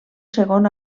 segon